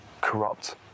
corrupt